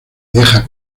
deja